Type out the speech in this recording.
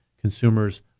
Consumers